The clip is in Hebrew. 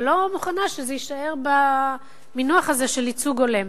אבל אני לא מוכנה שזה יישאר במינוח הזה של ייצוג הולם.